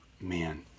Man